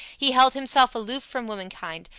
he held himself aloof from womankind,